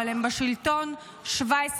אבל הם בשלטון 17 שנה.